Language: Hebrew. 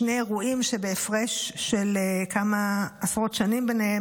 שני אירועים שבהפרש של כמה עשרות שנים ביניהם